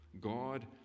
God